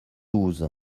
douze